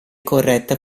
corretta